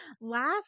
last